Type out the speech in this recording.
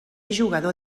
jugador